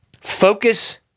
Focus